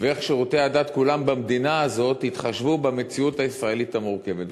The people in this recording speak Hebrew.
ואיך שירותי הדת כולם במדינה הזאת יתחשבו במציאות הישראלית המורכבת.